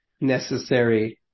necessary